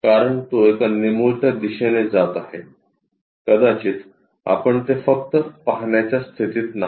कारण तो एका निमुळत्या दिशेने जात आहे कदाचित आपण ते फक्त पाहण्याच्या स्थितीत नाही